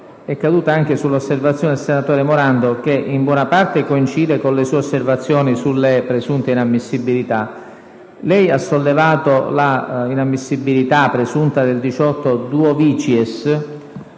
è caduta in particolare sull'osservazione del senatore Morando che, in buona parte, coincide con le sue osservazioni sulle presunte inammissibilità. Lei ha sollevato l'inammissibilità presunta del comma 18-*duovicies*,